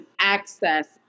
access